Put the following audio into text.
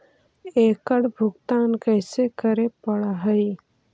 एकड़ भुगतान कैसे करे पड़हई?